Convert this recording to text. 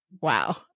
Wow